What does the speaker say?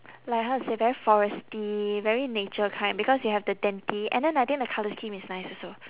like how to say very foresty very nature kind because you have the twenty and then I think the colour scheme is nice also